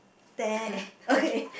okay